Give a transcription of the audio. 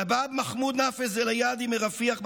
רבאב מחמוד נאפז אל-עאיידי מרפיח,